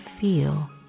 feel